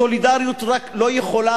סולידריות לא יכולה,